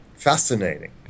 fascinating